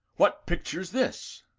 what picture's this?